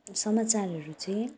समाचारहरू चाहिँ